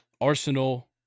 Arsenal